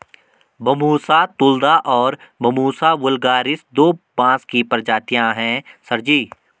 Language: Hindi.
बंबूसा तुलदा और बंबूसा वुल्गारिस दो बांस की प्रजातियां हैं सर जी